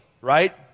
right